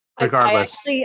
regardless